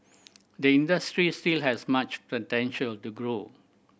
the industry still has much potential to grow